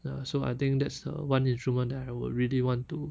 ya so I think that's the one instrument that I would really want to